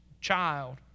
child